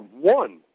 one